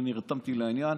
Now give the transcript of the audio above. ואני נרתמתי לעניין,